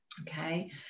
Okay